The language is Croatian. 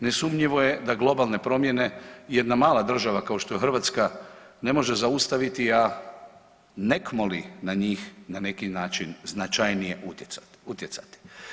Nesumnjivo je da globalne promjene jedna mala država kao što je Hrvatska ne može zaustaviti, a nekmoli na njih na neki način značajnije utjecati.